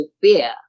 fear